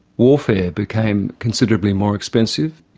warfare became considerably more expensive.